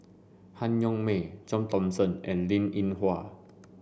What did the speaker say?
Han Yong May John Thomson and Linn In Hua